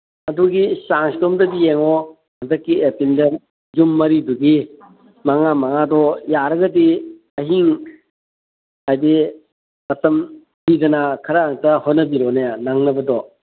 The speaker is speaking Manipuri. ꯑꯗꯨꯒꯤ ꯆꯥꯟꯁꯇꯨꯝꯗꯗꯤ ꯌꯦꯡꯉꯣ ꯍꯟꯗꯛꯀꯤ ꯑꯦꯄ꯭ꯔꯤꯜꯗ ꯌꯨꯝ ꯃꯔꯤꯗꯨꯒꯤ ꯃꯉꯥ ꯃꯉꯥꯗꯣ ꯌꯥꯔꯒꯗꯤ ꯑꯍꯤꯡ ꯍꯥꯏꯗꯤ ꯃꯇꯝ ꯄꯤꯗꯅ ꯈꯔ ꯑꯝꯇ ꯍꯣꯠꯅꯕꯤꯔꯣꯅꯦ ꯅꯪꯅꯕꯗꯣ